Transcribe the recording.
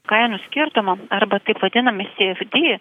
kainų skirtumo arba taip vadinami sfd